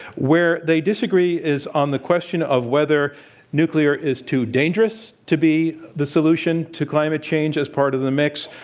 where they disagree is on the question of whether nuclear is too dangerous to be the solution to climate change as part of the mix,